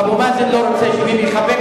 אבו מאזן לא רוצה שביבי יחבק